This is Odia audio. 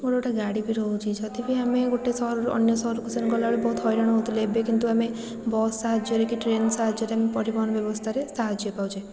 ଗୋଟେ ଗୋଟେ ଗାଡ଼ି ବି ରହୁଛି ଯେଉଁଥିପାଇଁ ଆମେ ଗୋଟେ ସହରରୁ ଅନ୍ୟ ସହରକୁ ସେମିତି ଗଲାବେଳେ ବହୁତ ହଇରାଣ ହେଉଥିଲେ ଏବେ କିନ୍ତୁ ଆମେ ବସ୍ ସାହାଯ୍ୟରେ କି ଟ୍ରେନ୍ ସାହାଯ୍ୟରେ ଆମେ ପରିବହନ ବ୍ୟବସ୍ଥାରେ ସାହାଯ୍ୟ ପାଉଛେ